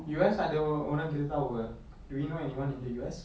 U_S ada orang kita tahu ke do we know anyone in the U_S